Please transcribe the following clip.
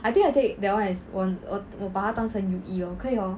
I think I take that [one] as 我把它当成 U_E lor 可以 hor